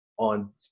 On